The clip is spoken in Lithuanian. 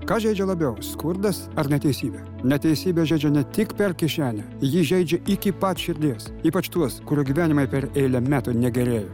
kas žeidžia labiau skurdas ar neteisybė neteisybė žeidžia ne tik per kišenę ji žeidžia iki pat širdies ypač tuos kurių gyvenimai per eilę metų negėja